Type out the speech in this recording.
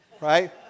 right